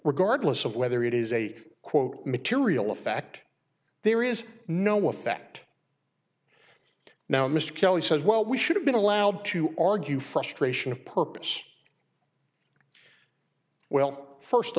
regardless of whether it is a quote material effect there is no effect now mr kelly says well we should have been allowed to argue frustration of purpose well first